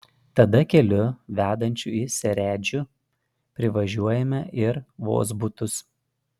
tada keliu vedančiu į seredžių privažiuojame ir vozbutus